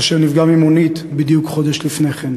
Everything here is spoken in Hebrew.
אשר נפגע ממונית בדיוק חודש לפני כן.